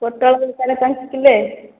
ପୋଟଳ ଦରକାର ପାଞ୍ଚ କିଲୋ